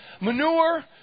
Manure